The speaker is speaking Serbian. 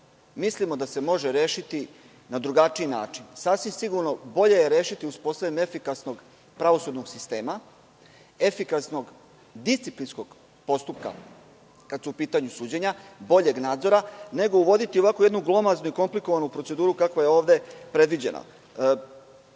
mislimo da se može rešiti na drugačiji način. Sasvim sigurno, bolje je rešiti uspostavljanjem efikasnog pravosudnog sistema, efikasno disciplinskog postupka kad su u pitanju suđenja, boljeg nadzora, nego uvoditi jednu glomaznu i komplikovanu proceduru, kakva je ovde predviđena. Naravno,